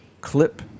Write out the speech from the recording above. clip